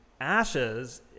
ashes